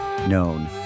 known